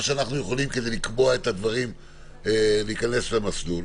מה שאנחנו יכולים כדי לקבוע את הדברים להיכנס למסלול.